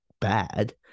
bad